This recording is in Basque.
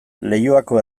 leioako